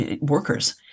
workers